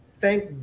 thank